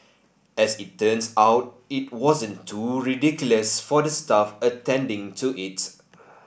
as it turns out it wasn't too ridiculous for the staff attending to it